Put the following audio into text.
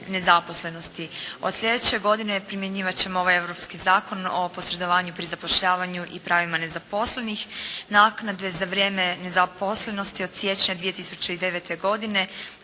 nezaposlenosti. Od sljedeće godine primjenjivati ćemo ovaj europski Zakon o posredovanju pri zapošljavanju i pravima nezaposlenih. Naknade za vrijeme nezaposlenosti od siječnja 2009. godine